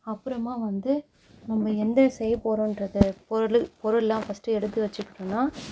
அப்புறமா வந்து நம்ம என்ன செய்ய போகிறோம்ன்றத பொருள் பொருளெலாம் ஃபர்ஸ்ட்டு எடுத்து வச்சுக்கிட்டோன்னா